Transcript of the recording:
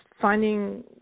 finding